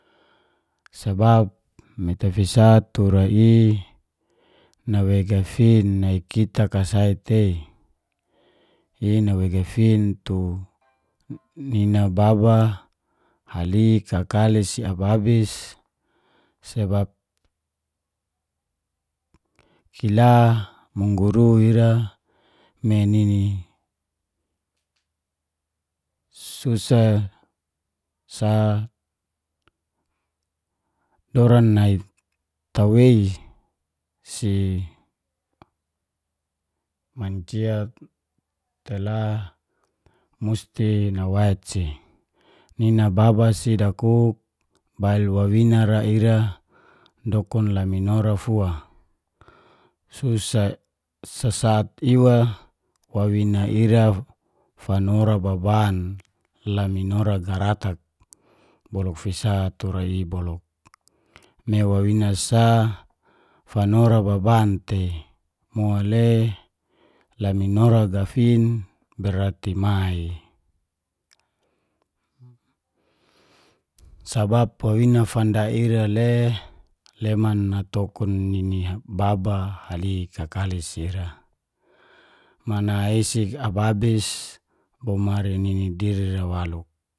Sabab mi safita tura i, nawei gafin nai kita kasai tei. I nawei gafin tu nina baba, halik, kakali si ababis, sebab kila mungguru ira me nini susa sa doran nai tawei si mancia tela musti nawait si. Ninan baba si dakuk bail wawina ra ira, dokun laminora fua, susa sasat iwa wawina ira fanora baban laminora garatak boluk fisa tura i boluk. Me wawina sa fanora baban tei, mole naminora gafin berati ma i. sabab wawina fanda ira le leman natokun nini baba, halik, kakali si ira, mana isik ababis bo mari nini diri a waluk.